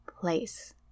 place